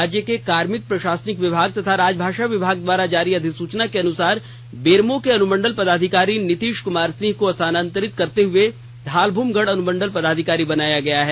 राज्य के कार्मिक प्रशासनिक विभाग तथा राजभाषा विभाग द्वारा जारी अधिसूचना के अनुसार बेरमो के अनुमंडल पदाधिकारी नितिश कुमार सिंह को स्थानांतरित करते हुए धालभूमगढ़ अनुमंडल पदाधिकारी बनाया गया है